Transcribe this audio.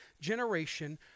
generation